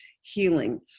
healing